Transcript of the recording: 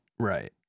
Right